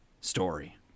story